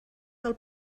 del